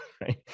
right